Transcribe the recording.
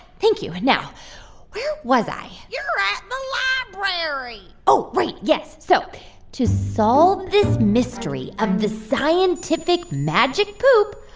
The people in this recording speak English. thank you. now where was i? you're at the library oh, right. yes. so to solve this mystery of the scientific magic poop,